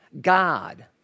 God